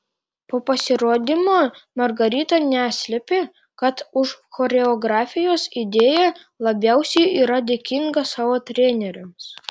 po pasirodymo margarita neslėpė kad už choreografijos idėją labiausiai yra dėkinga savo treneriams